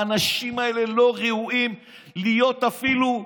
האנשים האלה לא ראויים להיות אפילו,